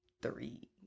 three